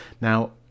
now